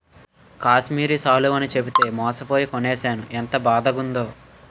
కాశ్మీరి శాలువ అని చెప్పితే మోసపోయి కొనీనాను ఎంత బాదగుందో